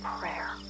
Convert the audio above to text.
Prayer